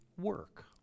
work